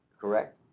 correct